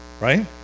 right